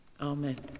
Amen